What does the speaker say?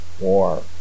War